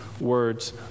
words